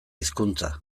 hizkuntza